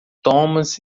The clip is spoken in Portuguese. thomas